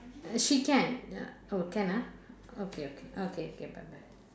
uh she can ya oh can ah okay okay okay okay bye bye